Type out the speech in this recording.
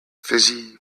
fizzy